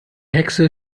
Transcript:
hexe